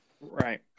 right